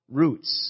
roots